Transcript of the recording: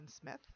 Smith